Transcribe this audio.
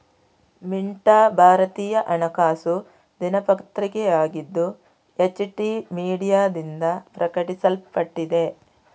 ಮಿಂಟಾ ಭಾರತೀಯ ಹಣಕಾಸು ದಿನಪತ್ರಿಕೆಯಾಗಿದ್ದು, ಎಚ್.ಟಿ ಮೀಡಿಯಾದಿಂದ ಪ್ರಕಟಿಸಲ್ಪಟ್ಟಿದೆ